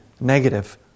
negative